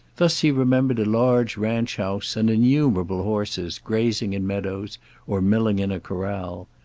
thus he remembered a large ranch house, and innumerable horses, grazing in meadows or milling in a corral.